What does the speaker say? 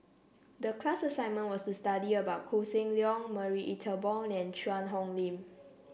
the class assignment was to study about Koh Seng Leong Marie Ethel Bong and Cheang Hong Lim